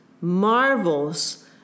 marvels